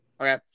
Okay